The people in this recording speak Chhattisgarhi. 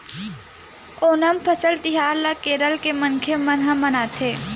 ओनम फसल तिहार ल केरल के मनखे मन ह मनाथे